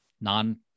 non